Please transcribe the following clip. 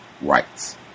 rights